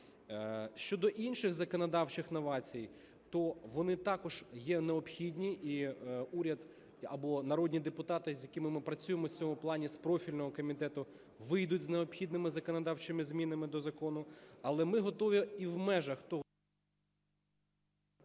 Щодо інших законодавчих новацій, то вони також є необхідні. І уряд або народні депутати, з якими ми працюємо в цьому плані, з профільного комітету, вийдуть із необхідними законодавчими змінами до закону. Але ми готові і в межах того... ГОЛОВУЮЧИЙ. Дякую.